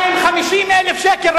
250,000 ש"ח.